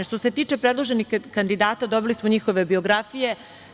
Što se tiče predloženih kandidata, dobili smo njihove biografije.